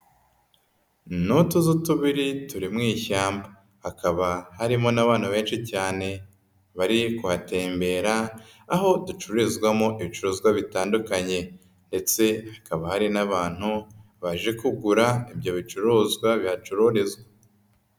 Ni utuzu tubiri turi mu ishyamba hakaba harimo n'abantu benshi cyane bari kuhatembera aho ducururizwamo ibicuruzwa bitandukanye ndetse hakaba hari n'abantu baje kugura ibyo bicuruzwa bihacururizwa.